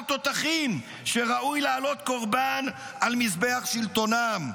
תותחים שראוי להעלות קורבן על מזבח שלטונם.